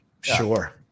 sure